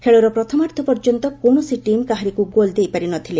ଖେଳର ପ୍ରଥମାର୍ଦ୍ଧ ପର୍ଯ୍ୟନ୍ତ କୌଣସି ଟିମ୍ କାହାରିକୁ ଗୋଲ ଦେଇ ପାରି ନ ଥିଲେ